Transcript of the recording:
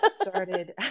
started